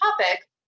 topic